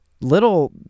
Little